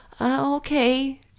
Okay